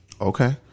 Okay